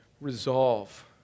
Resolve